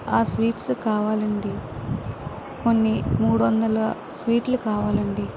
ఆ స్వీట్స్ కావాలండి కొన్ని మూడు వందల స్వీట్లు కావాలండి